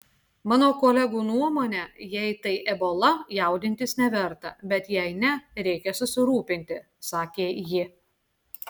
mano kolegų nuomone jei tai ebola jaudintis neverta bet jei ne reikia susirūpinti sakė ji